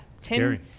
ten